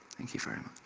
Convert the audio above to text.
thank you very um